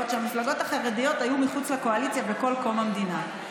שהמפלגות החרדיות היו מחוץ לקואליציה בכל שנות המדינה.